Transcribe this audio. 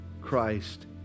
Christ